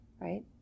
right